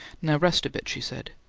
now rest a bit, she said,